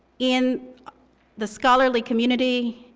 in the scholarly community,